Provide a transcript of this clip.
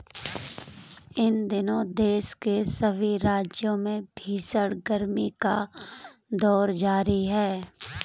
इन दिनों देश के सभी राज्यों में भीषण गर्मी का दौर जारी है